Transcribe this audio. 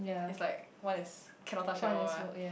it's like one is cannot touch at all ah